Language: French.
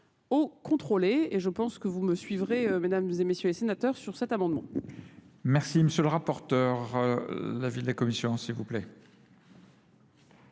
au contrôlé et je pense que vous me suivrez mesdames et messieurs les sénateurs sur cet amendement. Merci monsieur le rapporteur, la ville de la commission s'il vous plaît.